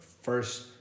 first